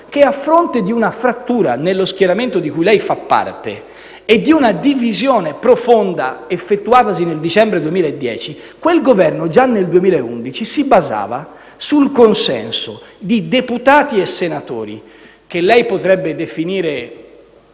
che, a fronte di una frattura nello schieramento di cui lei fa parte e di una divisione profonda effettuatasi nel dicembre del 2010, quel Governo già nel 2011 si basava sul consenso di deputati e senatori, che lei potrebbe definire